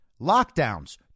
Lockdowns